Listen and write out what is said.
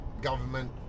government